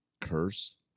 curse